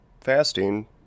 fasting